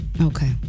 Okay